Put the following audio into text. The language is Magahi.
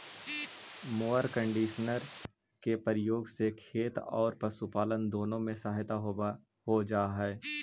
मोअर कन्डिशनर के प्रयोग से खेत औउर पशुपालन दुनो में सहायता हो जा हई